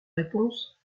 réponse